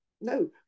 No